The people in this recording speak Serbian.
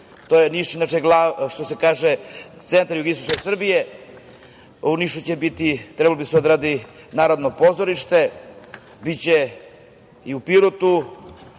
Niš je inače, što se kaže, centar jugoistočne Srbije. U Nišu će biti, trebalo bi da se odradi Narodno pozorište, biće i u Pirotu.